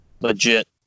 legit